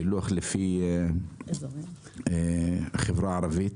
פילוח לפי החברה הערבית.